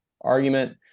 argument